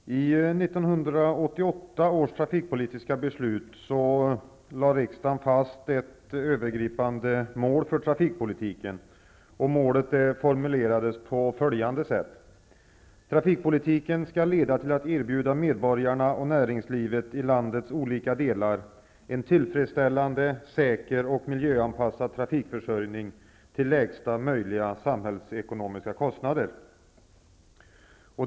Herr talman! I 1988 års trafikpolitiska beslut lade riksdagen fast ett övergripande mål för trafikpolitiken. Målet formulerades på följande sätt: Trafikpolitiken skall leda till att erbjuda medborgarna och näringslivet i landets olika delar en tillfredsställande, säker och miljöanpassad trafikförsörjning till lägsta möjliga samhällsekonomiska kostnader.